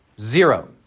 Zero